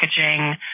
packaging